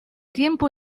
tiempo